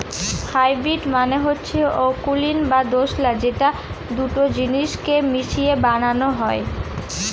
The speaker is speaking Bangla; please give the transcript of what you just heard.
হাইব্রিড মানে হচ্ছে অকুলীন বা দোঁশলা যেটা দুটো জিনিস কে মিশিয়ে বানানো হয়